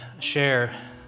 share